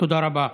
תודה רבה.